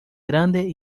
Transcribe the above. grande